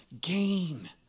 gain